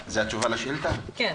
כן.